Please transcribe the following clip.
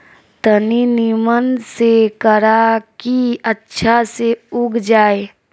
तनी निमन से करा की अच्छा से उग जाए